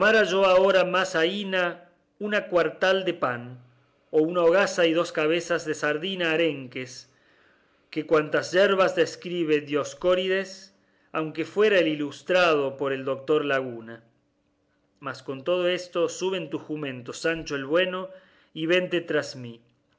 yo ahora más aína un cuartal de pan o una hogaza y dos cabezas de sardinas arenques que cuantas yerbas describe dioscórides aunque fuera el ilustrado por el doctor laguna mas con todo esto sube en tu jumento sancho el bueno y vente tras mí